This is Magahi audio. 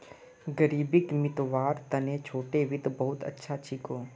ग़रीबीक मितव्वार तने छोटो वित्त बहुत अच्छा छिको